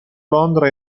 londra